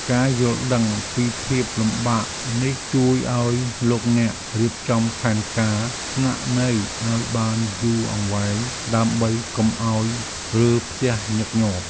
ការយល់ដឹងពីភាពលំបាកនេះជួយឱ្យលោកអ្នករៀបចំផែនការស្នាក់នៅឱ្យបានយូរអង្វែងដើម្បីកុំឱ្យរើផ្ទះញឹកញាប់។